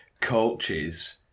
coaches